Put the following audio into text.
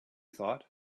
thought